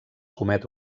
comet